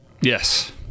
yes